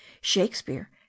shakespeare